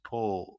Paul